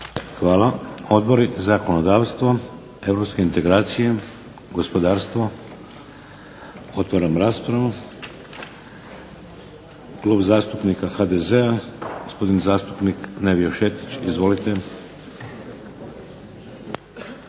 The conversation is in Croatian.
Hvala. Odbori? Zakonodavstvo? Europske integracije? Gospodarstvo? Otvaram raspravu. Klub zastupnika HDZ-a, gospodin zastupnik Nevio Šetić. Izvolite.